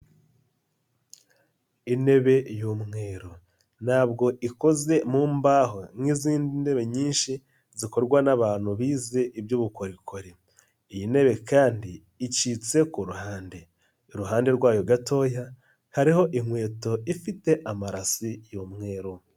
Intebe y'umweru ntabwo ikozwe mu mbaho nk'izindi ntebe nyinshi zikorwa n'abantu bize iby'ubukorikori. Iyi ntebe kandi icitse ku ruhande iruhande rwayo gatoya hariho inkweto ifite amarase y'umweru.